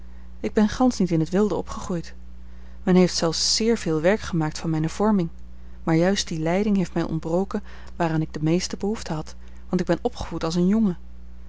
ik ben gansch niet in t wilde opgegroeid men heeft zelfs zeer veel werk gemaakt van mijne vorming maar juist die leiding heeft mij ontbroken waaraan ik de meeste behoefte had want ik ben opgevoed als een jongen